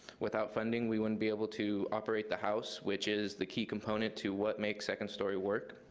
without funding, we wouldn't be able to operate the house, which is the key component to what makes second story work.